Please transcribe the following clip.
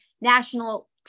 national